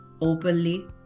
openly